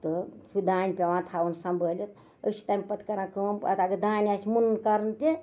تہٕ سُہ دانہِ پیوان تھاوُن سَمبٲلِتھ أسۍ چھِ تَمہِ پَتہٕ کران کٲم پَتہٕ اگر دانہِ آسہِ مُنُن کَرُن تہِ